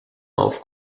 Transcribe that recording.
auf